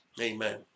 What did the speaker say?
Amen